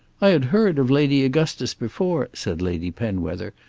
i had heard of lady augustus before, said lady penwether,